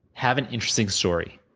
have an interesting story.